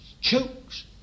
chokes